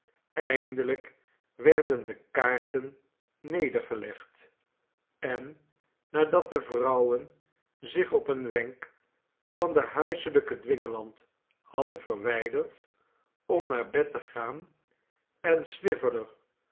eindelijk werden de kaarten nedergelegd en nadat de vrouwen zich op een wenk van den huiselijken dwingeland hadden verwijderd om naar bed te gaan en